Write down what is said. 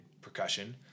percussion